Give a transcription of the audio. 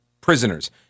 prisoners